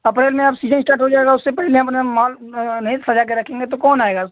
अप्रेल में अब season start हो जायेगा उससे पहले अपना माल नहीं सजा कर रखेंगे तो कौन आयेगा